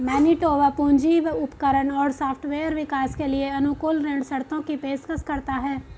Manitoba पूंजी उपकरण और सॉफ्टवेयर विकास के लिए अनुकूल ऋण शर्तों की पेशकश करता है